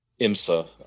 IMSA